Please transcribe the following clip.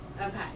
Okay